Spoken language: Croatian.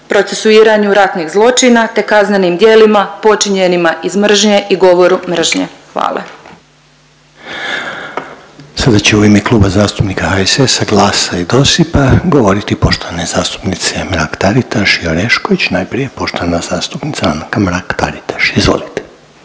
procesuiranju ratnih zločina te kaznenim djelima počinjenima iz mržnje i govoru mržnje. Hvala.